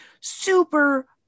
super